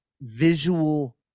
visual